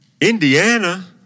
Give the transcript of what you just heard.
Indiana